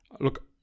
Look